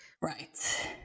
right